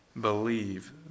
believe